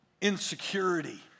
insecurity